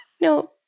No